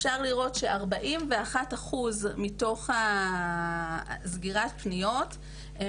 אפשר לראות ש-41% מתוך הפניות שנסגרו,